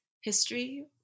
history